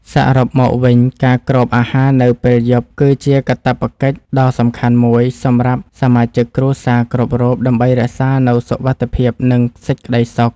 សរុបមកវិញ ការគ្របអាហារនៅពេលយប់ គឺជាកាតព្វកិច្ចដ៏សំខាន់មួយសម្រាប់សមាជិកគ្រួសារគ្រប់រូបដើម្បីរក្សានូវសុវត្ថិភាព និងសេចក្តីសុខ។